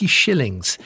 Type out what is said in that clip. shillings